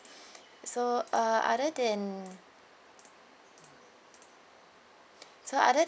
so uh other than so other than